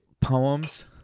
poems